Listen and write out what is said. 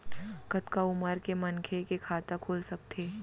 कतका उमर के मनखे के खाता खुल सकथे?